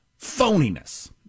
phoniness